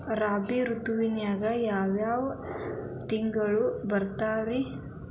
ರಾಬಿ ಋತುವಿನಾಗ ಯಾವ್ ಯಾವ್ ತಿಂಗಳು ಬರ್ತಾವ್ ರೇ?